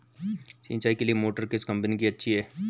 सिंचाई के लिए मोटर किस कंपनी की अच्छी है?